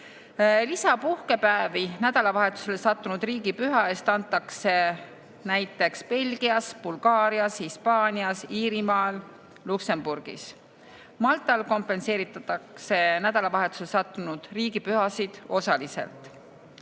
Lisapuhkepäevi nädalavahetusele sattunud riigipüha eest antakse näiteks Belgias, Bulgaarias, Hispaanias, Iirimaal ja Luksemburgis. Maltal kompenseeritakse nädalavahetusele sattunud riigipühasid osaliselt.